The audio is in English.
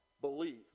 believe